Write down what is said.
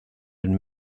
and